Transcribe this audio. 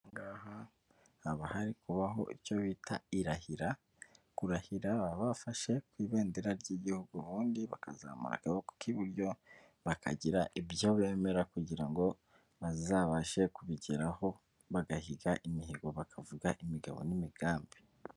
Aha ngaha haba hari kubaho icyo bita irahira, kurahira baba bafashe ku ibendera ry'igihugu ubundi bakazamura akaboko k'iburyo bakagira ibyo bemera kugira ngo bazabashe kubigeraho bagahiga imihigo bakavuga imigabo n'imigambi.